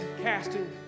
casting